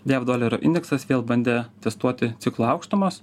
jav dolerio indeksas vėl bandė testuoti ciklo aukštumas